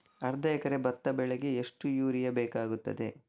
ಅರ್ಧ ಎಕರೆ ಭತ್ತ ಬೆಳೆಗೆ ಎಷ್ಟು ಯೂರಿಯಾ ಬೇಕಾಗುತ್ತದೆ?